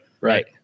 Right